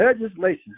legislation